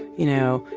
you know,